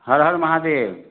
हर हर महादेव